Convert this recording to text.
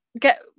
get